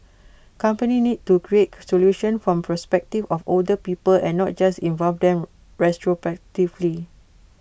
companies need to create solutions from perspective of older people and not just involved them retrospectively